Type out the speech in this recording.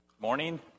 Morning